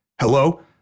Hello